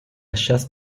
chasse